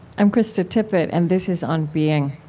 i'm krista tippett and this is on being.